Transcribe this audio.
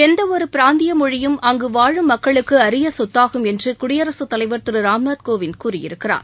எந்தவொரு பிராந்திய மொழியும் அங்கு வாழும் மக்களுக்கு அரிய சொத்தாகும் என்று குடியரசுத் தலைவர் திரு ராம்நாத் கோவிந்த் கூறியிருக்கிறார்